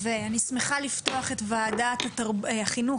אני שמחה לפתוח את ישיבת ועדת החינוך,